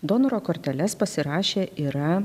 donoro korteles pasirašę yra